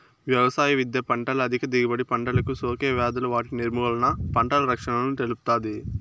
వ్యవసాయ విద్య పంటల అధిక దిగుబడి, పంటలకు సోకే వ్యాధులు వాటి నిర్మూలన, పంటల రక్షణను తెలుపుతాది